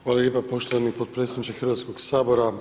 Hvala lijepa poštovani potpredsjedniče Hrvatskog sabora.